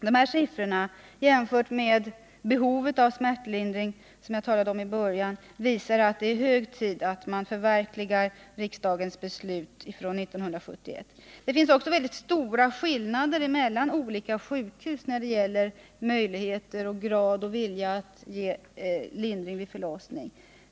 De här siffrorna, jämförda med behovet av smärtlindring, som jag talade om i början, visar att det är hög tid att förverkliga riksdagens beslut från 1971. Det finns också väldigt stora skillnader mellan olika sjukhus när det gäller möjligheter och vilja att ge lindring vid förlossning.